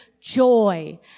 Joy